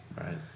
Right